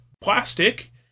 plastic